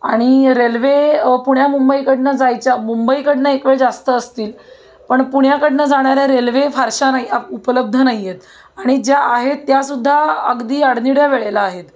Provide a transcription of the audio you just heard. आणि रेल्वे पुण्या मुंबईकडनं जायच्या मुंबईकडनं एकवेळ जास्त असतील पण पुण्याकडनं जाणाऱ्या रेल्वे फारशा नाही अप उपलब्ध नाही आहेत आणि ज्या आहेत त्यासुद्धा अगदी अडनिड्या वेळेला आहेत